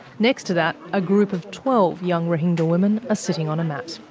next to that, a group of twelve young rohingya women are sitting on a mat.